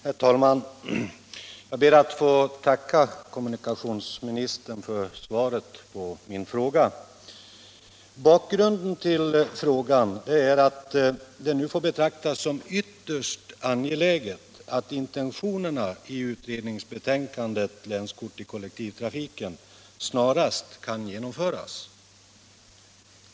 Herr talman! Jag ber att få tacka kommunikationsministern för svaret på min fråga. Bakgrunden till frågan är att det nu får betraktas som ytterst angeläget att intentionerna i utredningsbetänkandet Länskort i kollektivtrafiken snarast kan genomföras.